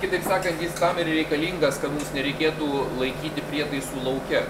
kitaip sakant jis tam ir reikalingas kad nereikėtų laikyti prietaisų lauke